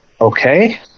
Okay